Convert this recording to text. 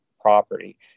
property